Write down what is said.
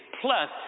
Plus